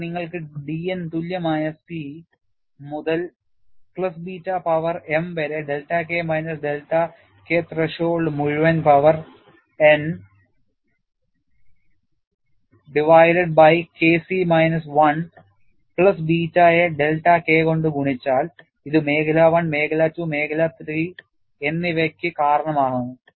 പിന്നെ നിങ്ങൾക്ക് dN തുല്യമായ C 1 മുതൽ പ്ലസ് ബീറ്റ പവർ m വരെ delta K minus delta K threshold മുഴുവൻ power n divided by K C minus 1 plus ബീറ്റയെ ഡെൽറ്റ K കൊണ്ട് ഗുണിച്ചാൽ ഇത് മേഖല I മേഖല II മേഖല III എന്നിവയ്ക്ക് കാരണമാകുന്നു